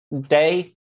Day